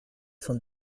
sont